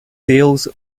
deals